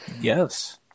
Yes